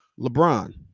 LeBron